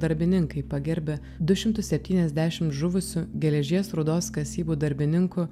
darbininkai pagerbia du šimtus septyniasdešim žuvusių geležies rūdos kasybų darbininkų